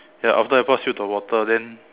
ya after I pass you the water then